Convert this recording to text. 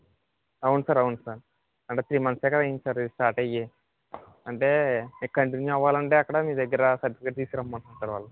అవును సార్ అవును సార్ అంటే త్రీ మంత్సే కదా అయ్యింది సార్ స్టార్ట్ అయ్యి అంటే కంటిన్యూ అవ్వాలంటే అక్కడ మీ దగ్గర సర్టిఫికేట్ తీసుకుని రమ్మంటున్నారు వాళ్ళు